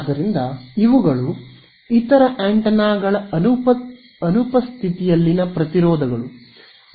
ಆದ್ದರಿಂದ ಇವುಗಳು ಇತರ ಆಂಟೆನಾಗಳ ಅನುಪಸ್ಥಿತಿಯಲ್ಲಿನ ಪ್ರತಿರೋಧಗಳು